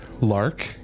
Lark